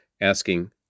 asking